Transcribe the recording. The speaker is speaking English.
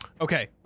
okay